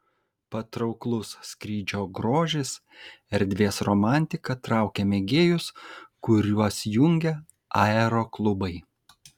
patrauklus skrydžio grožis erdvės romantika traukia mėgėjus kuriuos jungia aeroklubai